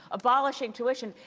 abolishing tuition,